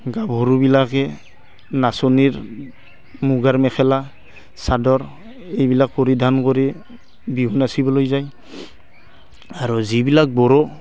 গাভৰুবিলাকে নাচনীৰ মুগাৰ মেখেলা চাদৰ এইবিলাক পৰিধান কৰি বিহু নাচিবলৈ যায় আৰু যিবিলাক বড়ো